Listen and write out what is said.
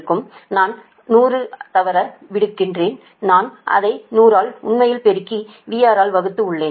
நான் 100 ஐ தவற விடுகிறேன் நான் அதை 100 ஆல் உண்மையில் பெருக்கி VR ஆல் வகுத்து உள்ளேன்